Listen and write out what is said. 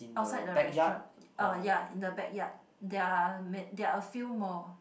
outside the restaurant uh ya in the backyard there are man there are a few more